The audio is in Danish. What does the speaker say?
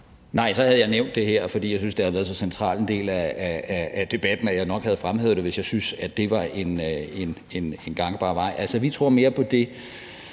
Nej, så havde jeg nævnt det her, altså hvis jeg syntes, det havde været så central en del af debatten, og jeg havde nok fremhævet det, hvis jeg syntes, at det var en gangbar vej. Altså, vi tror mere på det